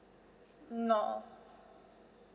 no